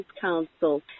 Council